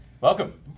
welcome